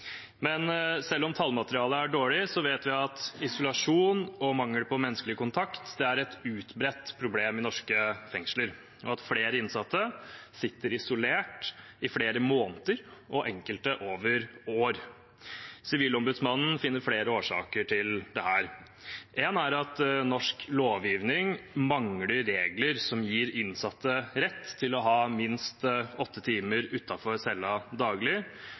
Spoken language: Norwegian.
Men selv om tallmaterialet er dårlig, vet vi at isolasjon og mangel på menneskelig kontakt er et utbredt problem i norske fengsler, og at flere innsatte sitter isolert i flere måneder, og enkelte over år. Sivilombudsmannen finner flere årsaker til dette. Én er at norsk lovgivning mangler regler som gir innsatte rett til å ha minst åtte timer utenfor cellen daglig